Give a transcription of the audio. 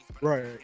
Right